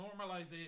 Normalization